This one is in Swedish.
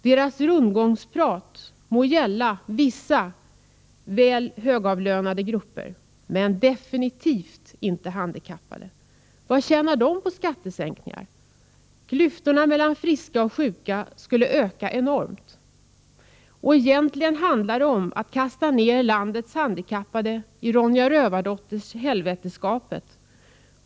Deras rundgångsprat må gälla vissa, högavlönade grupper, men absolut inte handikappade. Vad tjänar de på skattesänkningar? Klyftorna mellan friska och sjuka skulle öka enormt. Egentligen handlar det om att kasta ner landets handikappade i Ronja Rövardotters helvetsgap.